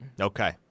Okay